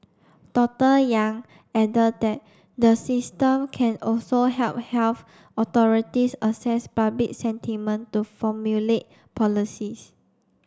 Doctor Yang added that the system can also help health authorities assess public sentiment to formulate policies